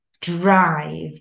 drive